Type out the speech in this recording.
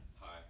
Hi